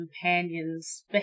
companion's